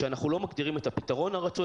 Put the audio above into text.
כשאנחנו לא מגדירים את הפתרון הרצוי,